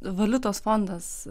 valiutos fondas